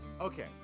okay